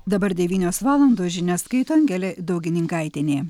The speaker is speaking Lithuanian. dabar devynios valandos žinias skaito angelė daugininkaitienė